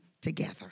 together